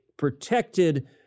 protected